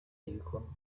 ibikombe